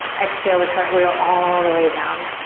exhale to cartwheel all the way down.